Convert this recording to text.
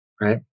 right